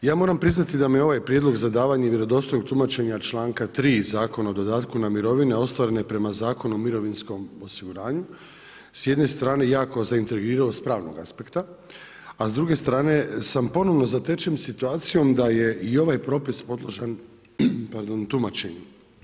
Ja moram priznati da me ovaj prijedlog za davanje vjerodostojnog tumačenja članka 3. Zakona o dodatku na mirovine ostvarene prema Zakonu o mirovinskom osiguranju s jedne strane jako zaintrigirao s pravnog aspekta, a s druge strane sam ponovno zatečen situacijom da je i ovaj propis podložan tumačenju.